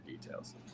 details